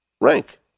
rank